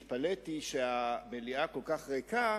האמת, התפלאתי שהמליאה כל כך ריקה,